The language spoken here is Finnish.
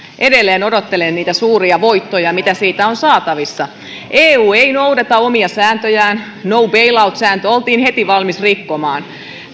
edelleen odottelen niitä suuria voittoja mitä siitä on saatavissa eu ei noudata omia sääntöjään no bail out sääntö oltiin heti valmis rikkomaan